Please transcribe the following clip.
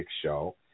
show